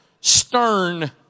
stern